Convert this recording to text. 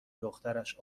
دخترش